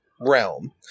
realm